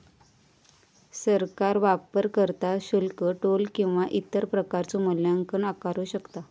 सरकार वापरकर्ता शुल्क, टोल किंवा इतर प्रकारचो मूल्यांकन आकारू शकता